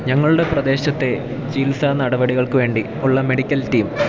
ഞങ്ങളുടെ പ്രദേശത്തെ ചികിത്സാ നടപടികൾക്ക് വേണ്ടി ഉള്ള മെഡിക്കൽ ടീം